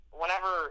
whenever